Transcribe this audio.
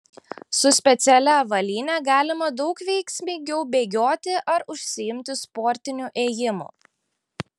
su specialia avalyne galima daug veiksmingiau bėgioti ar užsiimti sportiniu ėjimu